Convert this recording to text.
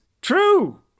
true